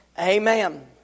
Amen